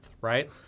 right